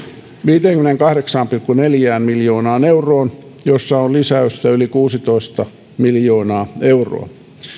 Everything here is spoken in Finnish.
viiteenkymmeneenkahdeksaan pilkku neljään miljoonaan euroon missä on lisäystä yli kuusitoista miljoonaa euroa